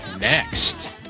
next